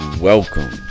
Welcome